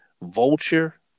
Vulture